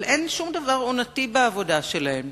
אבל אין שום דבר עונתי בעבודה שלהם.